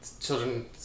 children